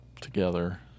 together